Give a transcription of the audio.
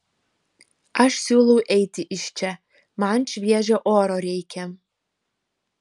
aš siūlau eiti iš čia man šviežio oro reikia